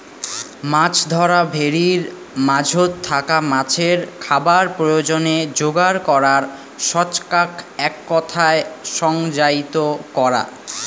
মাছ ধরা ভেরির মাঝোত থাকা মাছের খাবার প্রয়োজনে যোগার করার ছচকাক এককথায় সংজ্ঞায়িত করা